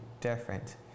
different